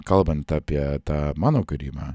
kalbant apie tą mano gyrimą